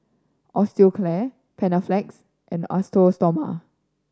Osteocare Panaflex and Osteo Stoma